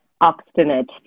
obstinate